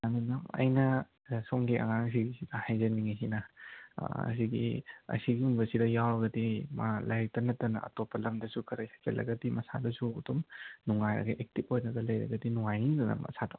madam ꯑꯩꯅ ꯁꯣꯝꯒꯤ ꯑꯉꯥꯡꯁꯤꯒꯤꯗ ꯍꯥꯏꯖꯅꯤꯡꯂꯤꯁꯤꯅ ꯁꯤꯒꯤ ꯑꯁꯤꯒꯨꯝꯕꯁꯤꯗ ꯌꯥꯎꯔꯒꯗꯤ ꯃꯥ ꯂꯥꯏꯔꯤꯛꯇ ꯅꯠꯇꯅ ꯑꯇꯣꯞꯄ ꯂꯝꯗꯁꯨ ꯈꯔ ꯍꯩꯖꯤꯜꯂꯒꯗꯤ ꯃꯁꯥꯗꯁꯨ ꯑꯗꯨꯝ ꯅꯨꯡꯉꯥꯏꯔꯒ ꯑꯦꯛꯇꯤꯕ ꯑꯣꯏꯅꯒ ꯂꯩꯔꯒꯗꯤ ꯅꯨꯡꯉꯥꯏꯅꯤꯗꯅ ꯃꯁꯥꯗꯣ